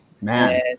Man